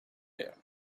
air